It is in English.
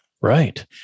Right